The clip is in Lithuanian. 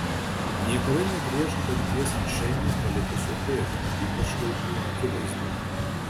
niekada negriežk danties ant šeimą palikusio tėvo ypač vaikų akivaizdoje